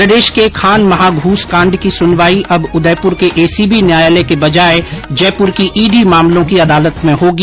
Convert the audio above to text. प्रदेश के खान महाध्रस कांड की सुनवाई अब उदयपुर के एसीबी न्यायालय के बजाय जयपुर की ईडी मामलों की अदालत में होगी